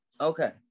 okay